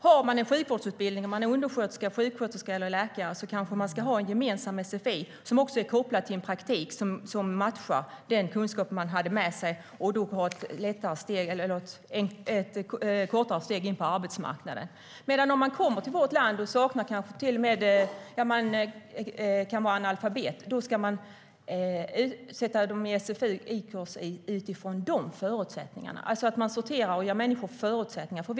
Har människor en sjukvårdsutbildning, är undersköterska, sjuksköterska eller läkare kanske de ska ha en gemensam sfi som också är kopplad till praktik som matchar den kunskap de hade med sig för att de ska få ett kortare steg in på arbetsmarknaden. Om man däremot kommer till vårt land som analfabet ska man sättas i sfi utifrån de förutsättningarna. Man ska alltså sortera utifrån människors förutsättningar.